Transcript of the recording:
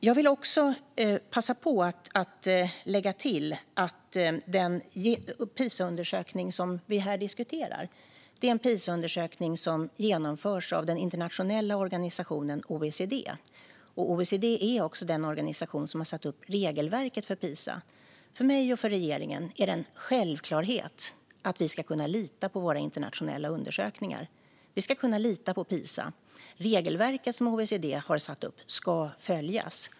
Jag vill passa på att lägga till att Pisaundersökningen, som vi här diskuterar, genomförs av den internationella organisationen OECD. OECD är också den organisation som har satt upp regelverket för Pisa. För mig och för regeringen är det en självklarhet att vi ska kunna lita på våra internationella undersökningar. Vi ska kunna lita på Pisa. Regelverket som OECD har satt upp ska följas.